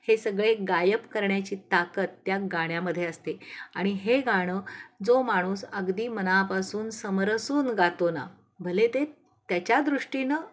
हे सगळे गायब करण्याची ताकद त्या गाण्यामध्ये असते आणि हे गाणं जो माणूस अगदी मनापासून समरसून गातो ना भले ते त्याच्या दृष्टीनं